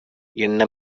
எண்ண